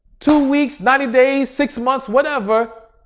two weeks, ninety days, six months, whatever.